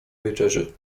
wieczerzy